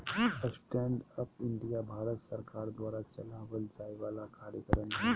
stand up India Bharat सरकार द्वारा चलावल जाय वाला कार्यक्रम हय